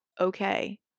okay